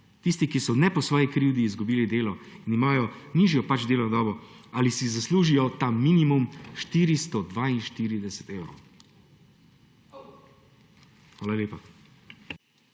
tisti, ki niso po svoji krivdi izgubili delo in imajo nižjo delovno dobo; ali si zaslužijo ta minimum 442 evrov. Hvala lepa.